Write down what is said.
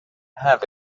have